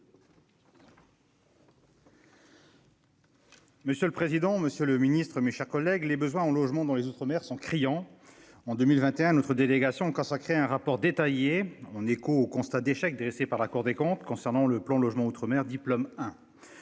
Monsieur le président, Monsieur le Ministre, mes chers collègues, les besoins en logement dans les outre-mer sont criants. En 2021 notre délégation consacré un rapport détaillé en écho au constat d'échec, dressé par la Cour des comptes concernant le plan logement outre-mer diplôme